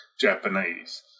Japanese